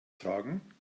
tragen